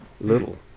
little